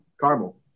caramel